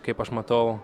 kaip aš matau